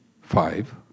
five